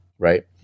right